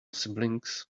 siblings